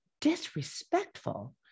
Disrespectful